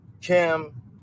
Kim